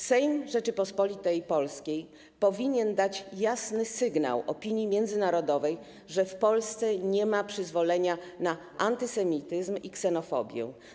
Sejm Rzeczypospolitej Polskiej powinien dać jasny sygnał opinii międzynarodowej, że w Polsce nie ma przyzwolenia na antysemityzm i ksenofobię.